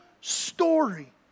story